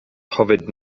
hovered